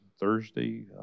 Thursday